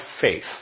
faith